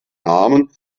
namen